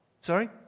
Sorry